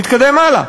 נתקדם הלאה,